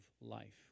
life